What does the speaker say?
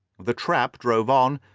the trap drove on,